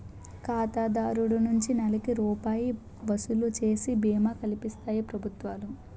ఖాతాదారు నుంచి నెలకి రూపాయి వసూలు చేసి బీమా కల్పిస్తాయి ప్రభుత్వాలు